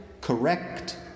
correct